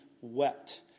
wept